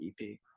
EP